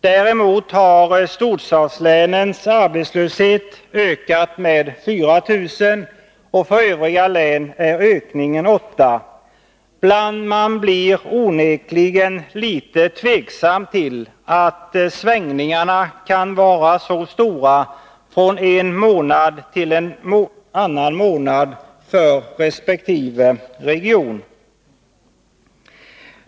Däremot har arbetslösheten i storstadslänen ökat med 4 000 och i övriga län med 8 000. Man blir onekligen litet tveksam till att svängningarna kan vara så stora från en månad till en annan för resp. region.